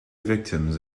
victims